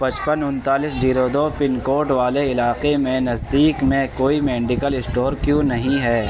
پچپن انتالیس زیرو دو پن کوڈ والے علاقے میں نزدیک میں کوئی مینڈیکل اسٹور کیوں نہیں ہے